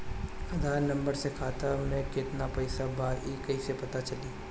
आधार number से खाता में केतना पईसा बा ई क्ईसे पता चलि?